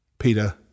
Peter